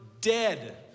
dead